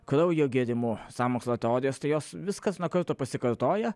kraujo gėrimu sąmokslo teorijas tai jos vis karts nuo karto pasikartoja